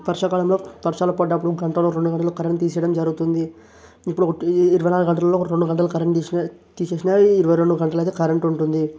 వర్షాకాలంలో వర్షాలు పడినప్పుడు గంటో రెండు గంటలో కరెంట్ తీసేయడం జరుగుతుంది ఇప్పుడు ఒకటి ఇరవై నాలుగు గంటల్లో ఒక రెండు గంటలు కరెంట్ తీసిన తీసేసినా ఇరవై రెండు గంటలయితే కరెంట్ ఉంటుంది